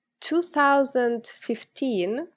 2015